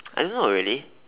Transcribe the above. I don't know really